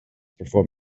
perform